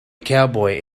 cowboy